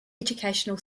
educational